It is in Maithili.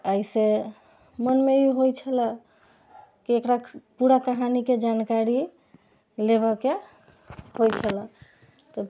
एहिसे मन मे ई होइ छला कि एकरा पूरा कहानी के जानकारी लेबए के होइ छलए तऽ